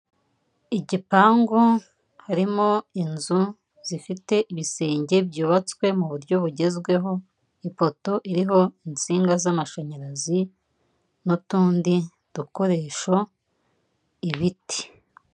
Igipangu harimo inzu zifite ibisenge byubatswe mu buryo bugezweho, ipoto iriho insinga z'amashanyarazi n'utundi dukoresho, ibiti.